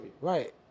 Right